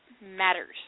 matters